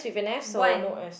one